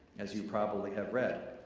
as you probably have read.